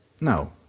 No